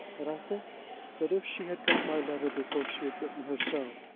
and i think that if she had got my letter before she had written herself,